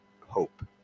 hope